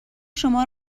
شما